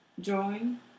drawing